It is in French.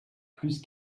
plus